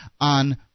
on